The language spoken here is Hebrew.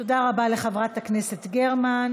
תודה רבה לחברת הכנסת גרמן.